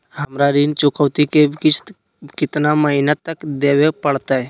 हमरा ऋण चुकौती के किस्त कितना महीना तक देवे पड़तई?